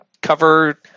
cover